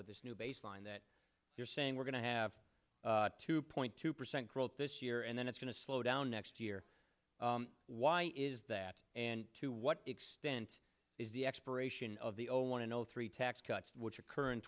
with this new baseline that you're saying we're going to have two point two percent growth this year and then it's going to slow down next year why is that and to what extent is the expiration of the zero one zero three tax cut which occur